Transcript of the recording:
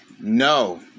No